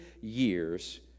years